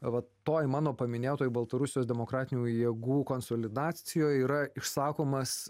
va toj mano paminėtoj baltarusijos demokratinių jėgų konsolidacijoj yra išsakomas